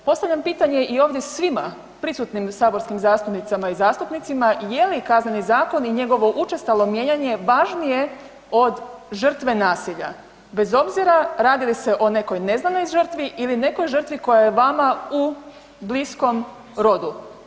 Postavljam pitanje i ovdje svima prisutnim saborskim zastupnicama i zastupnicima je li Kazneni zakon i njegovo učestalo mijenjanje važnije od žrtve nasilja bez obzira radili li se o nekoj neznanoj žrtvi ili nekoj žrtvi koja je vama u bliskom rodu?